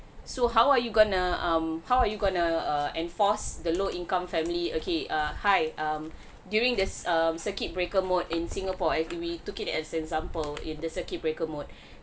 so how are you gonna um how are you gonna err enforce the low income family okay err hi um during this err circuit breaker mode in singapore as we took it as an example in the circuit breaker mode